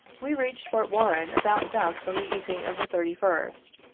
we reached fort warren about dusk on the evening of the thirty first,